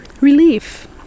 relief